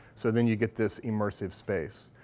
so then you get this immersive space.